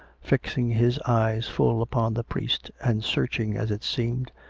fixing his eyes full upon the priest, and searching, as it seemed,